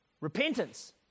Repentance